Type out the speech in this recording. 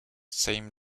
same